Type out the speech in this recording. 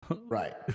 right